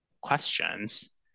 questions